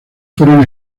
fueron